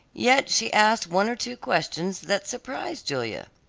yet she asked one or two questions that surprised julia.